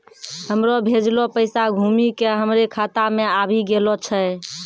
हमरो भेजलो पैसा घुमि के हमरे खाता मे आबि गेलो छै